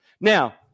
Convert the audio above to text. Now